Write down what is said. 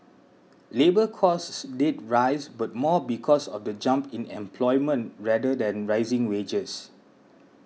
labour costs did rise but more because of the jump in employment rather than rising wages